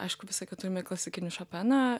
aišku visą laiką turime klasikinį šopeną